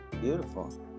Beautiful